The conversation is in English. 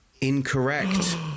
Incorrect